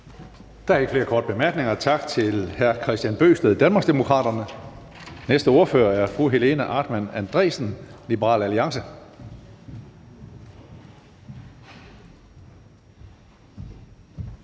Der er ikke flere korte bemærkninger. Tak til hr. Kristian Bøgsted, Danmarksdemokraterne. Den næste ordfører er fru Helena Artmann Andresen, Liberal Alliance.